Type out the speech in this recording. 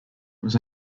was